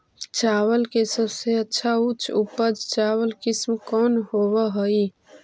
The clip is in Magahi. चावल के सबसे अच्छा उच्च उपज चावल किस्म कौन होव हई?